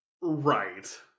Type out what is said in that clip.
Right